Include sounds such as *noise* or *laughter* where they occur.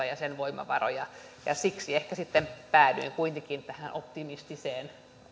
*unintelligible* ja sen voimavaroja siksi ehkä sitten päädyin kuitenkin tähän optimistiseen